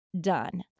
done